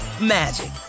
magic